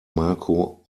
marco